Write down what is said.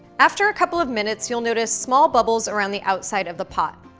after a couple of minutes, you'll notice small bubbles around the outside of the pot.